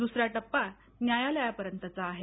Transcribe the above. दुसरा टप्पा न्यायालयापर्यंतचा आहे